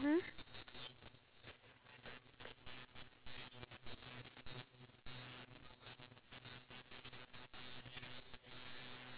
then choice A will lead you to this place choice B will lead you to this place so at every point in your life you must make sure that you have choice A and choice B